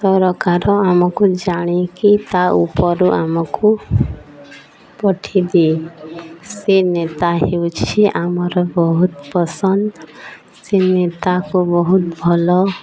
ସରକାର ଆମକୁ ଜାଣିକି ତା' ଉପରୁ ଆମକୁ ପଠେଇ ଦିଏ ସେ ନେତା ହେଉଛି ଆମର ବହୁତ ପସନ୍ଦ ସେ ନେତାକୁ ବହୁତ ଭଲ